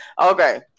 Okay